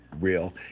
real